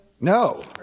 No